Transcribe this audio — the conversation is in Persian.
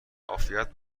عافیت